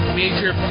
major